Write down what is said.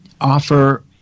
offer